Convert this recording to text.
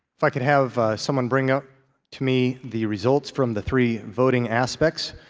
if i could have someone bring up to me the results from the three voting aspects.